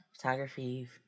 photography